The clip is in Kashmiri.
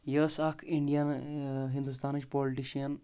یہِ ٲس اکھ انڈین ہنٛدوستانٕچ پولِٹِشَن